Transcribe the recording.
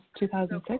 2006